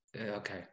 Okay